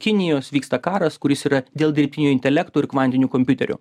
kinijos vyksta karas kuris yra dėl dirbtinio intelekto ir kvantinių kompiuterių